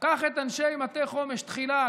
קח את אנשי מטה "חומש תחילה",